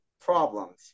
problems